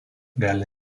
gali